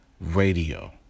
Radio